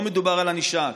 לא מדובר על ענישה.